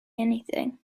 anything